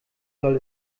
soll